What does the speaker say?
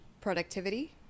productivity